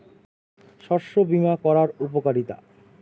শস্য বিমা করার উপকারীতা?